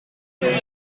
kun